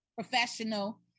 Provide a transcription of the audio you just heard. professional